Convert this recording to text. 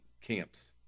camps